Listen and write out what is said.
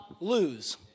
lose